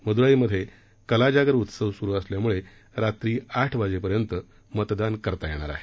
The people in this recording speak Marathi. मदुराईमधे कलाजागर उत्सव सुरु असल्यामुळे रात्री आठ वाजेपर्यंत मतदान करता येणार आहे